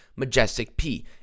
majesticp